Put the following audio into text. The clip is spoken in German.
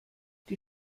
die